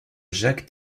jacques